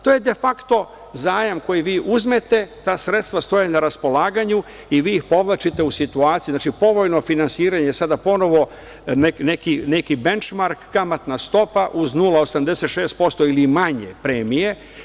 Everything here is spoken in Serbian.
To je defakto zajam koji vi uzmete, ta sredstva stoje na raspolaganju i vi ih povlačite u situaciju, znači, povoljno finansiranje, sada ponovo benčmark, kamatna stopa uz 0,86% ili manje premije.